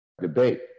debate